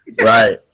Right